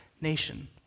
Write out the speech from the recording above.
nation